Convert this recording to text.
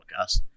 podcast